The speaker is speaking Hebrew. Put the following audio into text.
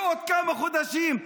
ועוד כמה חודשים,